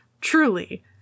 truly